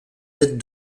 lettres